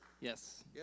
Yes